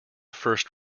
first